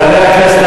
חברי הכנסת,